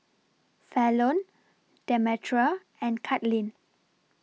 Fallon Demetra and Katlin